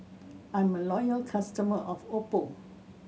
I'm a loyal customer of Oppo